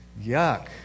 Yuck